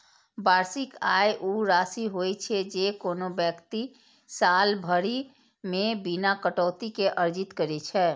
वार्षिक आय ऊ राशि होइ छै, जे कोनो व्यक्ति साल भरि मे बिना कटौती के अर्जित करै छै